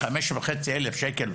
5,500 שקל,